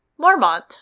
Mormont